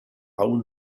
aún